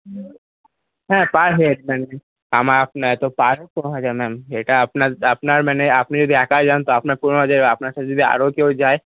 হ্যাঁ per head ma'am আমার আপনার তো পার হেড পনেরো হাজার ম্যাম হেড এটা আপনার আপনার মানে আপনি যদি একা যান তা আপনার পনেরো হাজার আপনার সাথে যদি আরও কেউ যায়